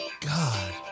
God